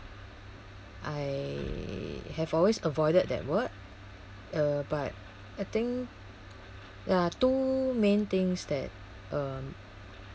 I have always avoided that word uh but I think there are two main things that um